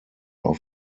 auf